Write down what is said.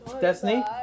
Destiny